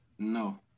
No